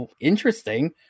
interesting